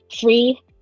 free